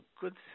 good